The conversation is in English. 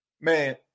Man